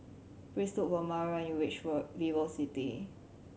please look for Maralyn when you reach VivoCity